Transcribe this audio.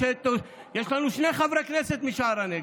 יש לנו שני חברי כנסת משער הנגב.